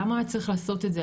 למה הוא היה צריך לעשות את זה,